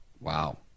Wow